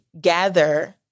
gather